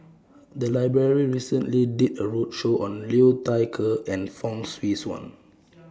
The Library recently did A roadshow on Liu Thai Ker and Fong Swee Suan